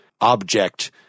object